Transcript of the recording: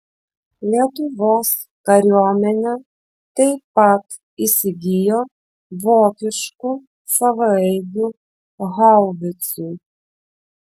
lietuvos kariuomenė taip pat įsigijo vokiškų savaeigių haubicų